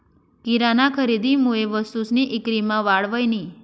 किराना खरेदीमुये वस्तूसनी ईक्रीमा वाढ व्हयनी